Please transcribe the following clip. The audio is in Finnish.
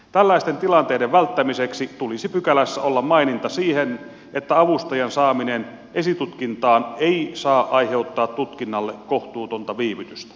tällaisten tilanteiden välttämiseksi tulisi pykälässä olla maininta siitä että avustajan saaminen esitutkintaan ei saa aiheuttaa tutkinnalle kohtuutonta viivytystä